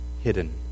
hidden